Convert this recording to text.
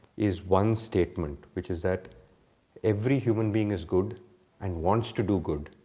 is one statement, which is that every human being is good and wants to do good,